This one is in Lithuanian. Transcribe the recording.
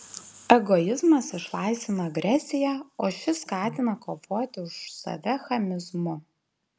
egoizmas išlaisvina agresiją o ši skatina kovoti už save chamizmu